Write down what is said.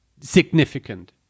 significant